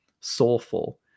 soulful